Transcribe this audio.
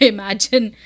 Imagine